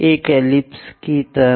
एक एलिप्स की तरह